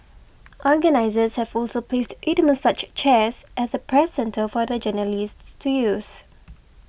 organisers have also placed eight massage chairs at the Press Centre for the journalists to use